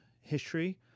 History